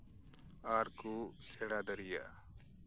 ᱟᱨ ᱠᱚ ᱥᱮᱬᱟ ᱫᱟᱲᱮᱭᱟᱜᱼᱟ